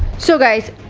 so guys,